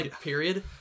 period